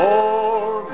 More